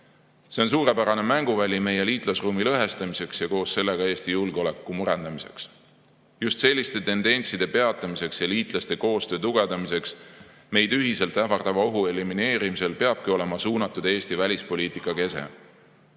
See on suurepärane mänguväli meie liitlasruumi lõhestamiseks ja koos sellega Eesti julgeoleku murendamiseks. Just selliste tendentside peatamiseks ja liitlaste koostöö tugevdamiseks meid ühiselt ähvardava ohu elimineerimisel peabki olema suunatud Eesti välispoliitika kese.